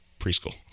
preschool